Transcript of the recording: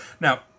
Now